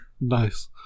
Nice